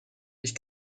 ich